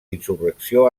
insurrecció